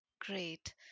Great